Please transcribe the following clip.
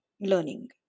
learning